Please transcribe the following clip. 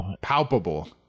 palpable